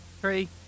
Three